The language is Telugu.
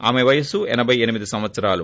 ఆమె వయస్సు ఎనబై ఎనిమిది సంవత్పరాలు